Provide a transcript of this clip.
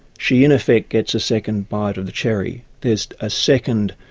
she in effect gets a second bite of the cherry, there's a second,